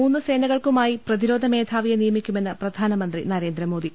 മൂന്ന് സേനകൾക്കുമായി പ്രതിരോധ മേധാവിയെ നിയമിക്കു മെന്ന് പ്രധാനമന്ത്രി നരേന്ദ്രമോദി